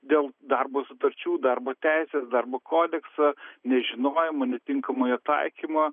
dėl darbo sutarčių darbo teisės darbo kodekso nežinojimo netinkamo taikymo